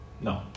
No